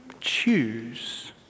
choose